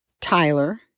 Tyler